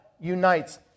unites